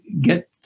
get